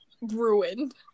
ruined